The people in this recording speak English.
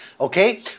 okay